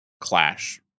clash